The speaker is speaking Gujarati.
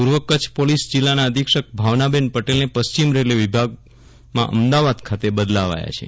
પૂર્વ કચ્છ પોલીસ જીલ્લાના અધિક્ષક ભાવનાબેન પટેલને પશ્ચિમ રેલ્વે વિભાગમાં અમદાવાદ ખાતે બદલાવ્યા છે